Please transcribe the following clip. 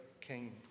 king